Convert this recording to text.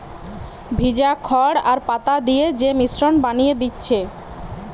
ভিজা খড় আর পাতা দিয়ে যে মিশ্রণ বানিয়ে দিচ্ছে